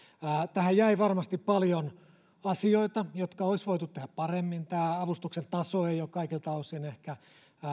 tähän jäi varmasti paljon asioita jotka olisi voitu tehdä paremmin tämän avustuksen taso ei ole kaikilta osin ehkä